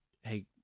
hey